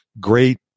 great